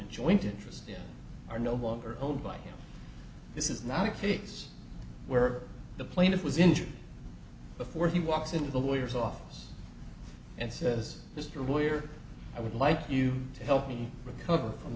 a joint interest in are no longer owned by him this is not a case where the plaintiff was injured before he walks into the lawyers office and says mr lawyer i would like you to help me recover from